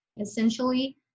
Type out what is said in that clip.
Essentially